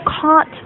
caught